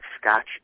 Scotch